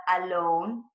alone